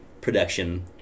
production